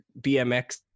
BMX